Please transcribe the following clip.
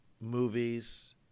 movies